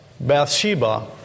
Bathsheba